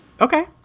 Okay